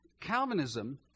Calvinism